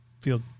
feel